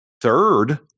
third